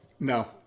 No